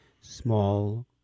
small